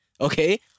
Okay